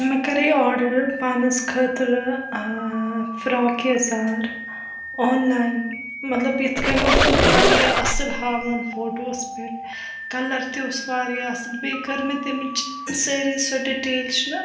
مےٚ کریے آرڈر پانس خٲطرٕ فِراکھ یزار آن لاین مطلب یِتھٕ کٔنۍ اوس سُہ واریاہ اصٕل ہاوان فوٗٹوَہس پٮ۪ٹھ کلر تہِ اوس واریاہ اصٕل بیٚیہِ کٔر مےٚ تَمِچ سٲرِی سۅ ڈِٹیل چھِ نا